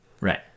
Right